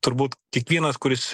turbūt kiekvienas kuris